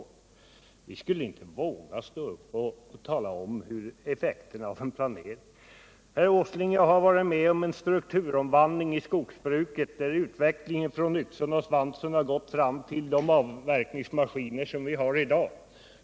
Tror Nils Åsling verkligen att vi inte vågar tala om effekterna av en planering? Jag har varit med om en strukturomvandling i skogsbruket där utvecklingen har gått från yxan och svansen fram till de avverkningsmaskiner som vi har i dag.